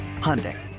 Hyundai